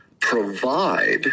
provide